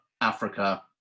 Africa